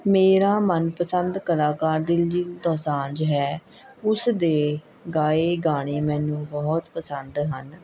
ਮੇਰਾ ਮਨਪਸੰਦ ਕਲਾਕਾਰ ਦਿਲਜੀਤ ਦੋਸਾਂਝ ਹੈ ਉਸਦੇ ਗਾਏ ਗਾਣੇ ਮੈਨੂੰ ਬਹੁਤ ਪਸੰਦ ਹਨ